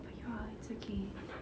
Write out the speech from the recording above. but you are it's okay